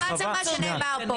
זה בעצם מה שנאמר פה.